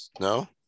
no